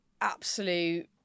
absolute